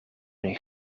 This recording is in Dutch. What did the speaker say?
een